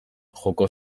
joko